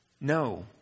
No